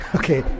okay